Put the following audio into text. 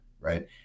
right